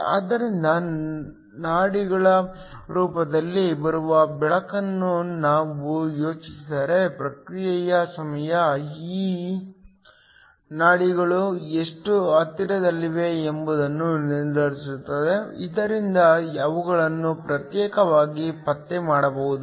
ಆದ್ದರಿಂದ ನಾಡಿಗಳ ರೂಪದಲ್ಲಿ ಬರುವ ಬೆಳಕನ್ನು ನಾವು ಯೋಚಿಸಿದರೆ ಪ್ರತಿಕ್ರಿಯೆ ಸಮಯವು ಈ ನಾಡಿಗಳು ಎಷ್ಟು ಹತ್ತಿರದಲ್ಲಿವೆ ಎಂಬುದನ್ನು ನಿರ್ಧರಿಸುತ್ತದೆ ಇದರಿಂದ ಅವುಗಳನ್ನು ಪ್ರತ್ಯೇಕವಾಗಿ ಪತ್ತೆ ಮಾಡಬಹುದು